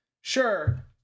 sure